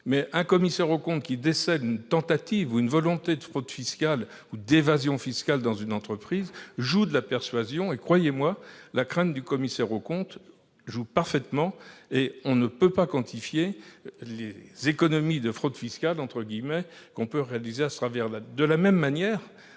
un commissaire aux comptes qui décèle une tentative ou une volonté de fraude fiscale ou d'évasion fiscale dans une entreprise sait faire preuve de persuasion et, croyez-moi, la crainte du commissaire aux comptes joue parfaitement. Par conséquent, on ne peut pas quantifier les « économies » de fraude fiscale que l'on réalise ainsi.